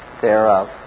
thereof